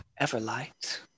Everlight